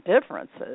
differences